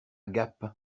gap